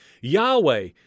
Yahweh